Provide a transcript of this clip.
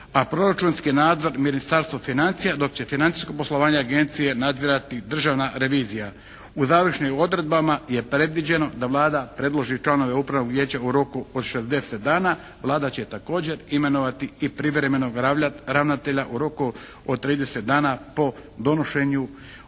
a proračunski nadzor Ministarstvo financija dok će financijsko poslovanje agencije nadzirati Državna revizija. U završnim odredbama je predviđeno da Vlada predloži članove upravnog vijeća u roku od 60 dana. Vlada će također imenovati i privremenog ravnatelja u roku od 30 dana po donošenju ovog